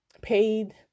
paid